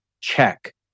check